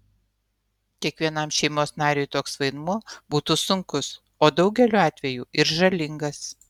kiekvienam šeimos nariui toks vaidmuo būtų sunkus o daugeliu atvejų ir žalingas